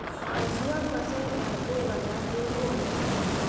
हसुआ फ़सल काटे बला एगो औजार हई